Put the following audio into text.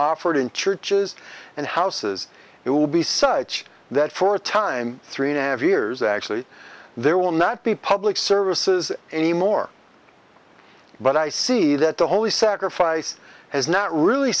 offered in churches and houses it will be such that for a time three navvy years actually there will not be public services anymore but i see that the holy sacrifice has not really